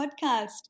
podcast